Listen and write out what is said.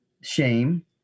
shame